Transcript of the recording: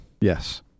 Yes